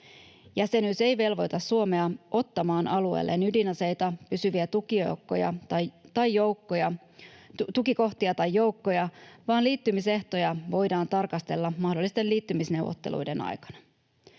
Jäsenyys ei velvoita Suomea ottamaan alueelleen ydinaseita, pysyviä tukikohtia tai joukkoja, vaan liittymisehtoja voidaan tarkastella mahdollisten liittymisneuvotteluiden aikana.